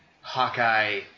Hawkeye